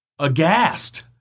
Aghast